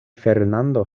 fernando